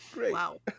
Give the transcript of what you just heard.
Wow